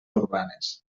urbanes